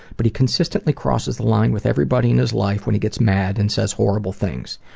but he consistently crosses the line with everybody in his life when he gets mad and says horrible things.